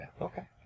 Okay